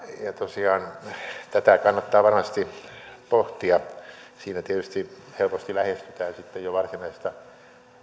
tosiaan tätä kannattaa varmasti pohtia siinä tietysti helposti lähestytään sitten jo varsinaista